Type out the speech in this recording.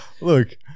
look